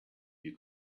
you